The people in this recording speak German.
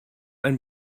ein